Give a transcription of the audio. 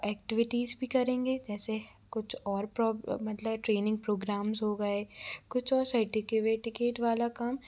activities भी करेंगे जैसे कुछ और प्रॉब मतलब ट्रैनिंग प्रोग्राम्स हो गए कुछ और सर्टिकेवेटीकेट वाला काम